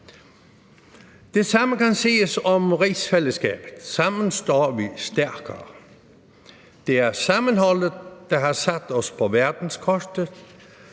Det samme kan siges om rigsfællesskabet. Sammen står vi stærkere. Det er sammenholdet, der har sat os på verdenskortet